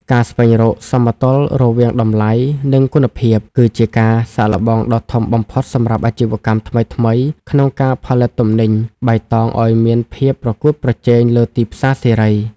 ការស្វែងរក "សមតុល្យរវាងតម្លៃ និងគុណភាព" គឺជាការសាកល្បងដ៏ធំបំផុតសម្រាប់អាជីវកម្មថ្មីៗក្នុងការផលិតទំនិញបៃតងឱ្យមានភាពប្រកួតប្រជែងលើទីផ្សារសេរី។